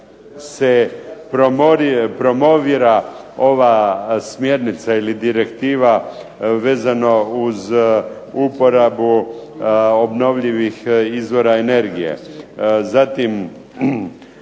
se promovira ova smjernica ili direktiva vezano uz uporabu obnovljivih izvora energije,